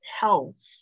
health